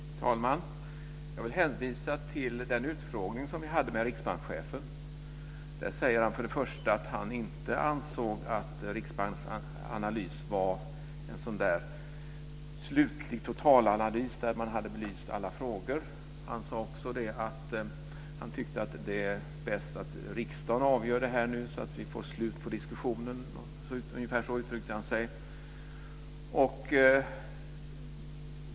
Fru talman! Jag vill hänvisa till den utfrågning som vi hade med riksbankschefen. Där sade han att han inte ansåg att Riksbankens analys var en slutlig totalanalys där man hade belyst alla frågor. Han sade också att han tyckte att det var bäst att riksdagen avgjorde detta så att vi fick slut på diskussionen. Ungefär så uttryckte han sig.